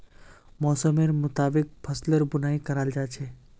मौसमेर मुताबिक फसलेर बुनाई कराल जा छेक